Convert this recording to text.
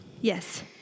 Yes